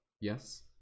yes